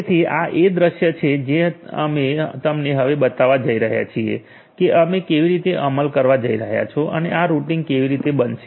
તેથી આ એ દૃશ્ય છે જે અમે તમને હવે બતાવવા જઈ રહ્યા છીએ કે અમે કેવી રીતે અમલ કરવા જઈ રહ્યા છો અને આ રૂટીંગ કેવી રીતે બનશે